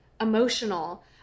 emotional